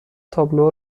تابلو